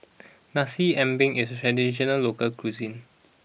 Nasi Ambeng is a traditional local cuisine